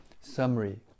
summary